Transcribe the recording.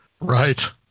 Right